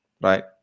right